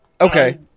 Okay